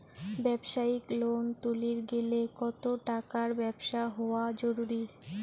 ব্যবসায়িক লোন তুলির গেলে কতো টাকার ব্যবসা হওয়া জরুরি?